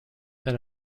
then